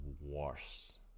worse